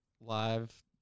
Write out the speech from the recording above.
live